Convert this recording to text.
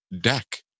deck